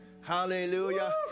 Hallelujah